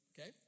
Okay